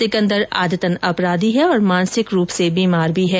सिकन्दर आदतन अपराधी है और मानसिक रूप से बीमार भी है